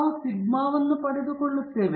ನಾವು ಸಿಗ್ಮಾವನ್ನು ಪಡೆದುಕೊಳ್ಳುತ್ತೇವೆ